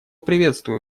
приветствую